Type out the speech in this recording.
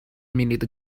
minute